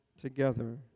together